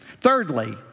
Thirdly